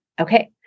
okay